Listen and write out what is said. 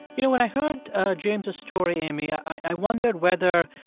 you know, when i heard james' story, amy, i wondered whether,